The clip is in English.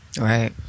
right